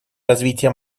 развития